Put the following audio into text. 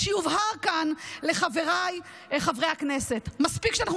אז שיובהר כאן לחבריי חברי הכנסת: מספיק שאנחנו